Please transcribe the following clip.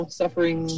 suffering